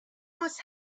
must